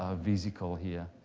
ah vesicle here.